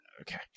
Okay